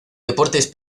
deportes